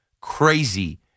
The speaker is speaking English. crazy